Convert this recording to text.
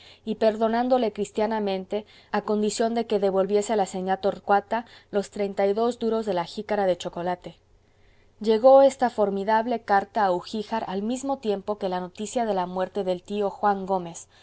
y perdonándole cristianamente a condición de que devolviese a la seña torcuata los treinta y dos duros de la jícara de chocolate llegó esta formidable carta a ugíjar al mismo tiempo que la noticia de la muerte del tío juan gómez